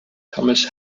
thomas